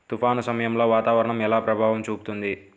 తుఫాను సమయాలలో వాతావరణం ఎలా ప్రభావం చూపుతుంది?